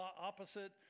opposite